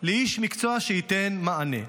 לאיש מקצוע שייתן מענה.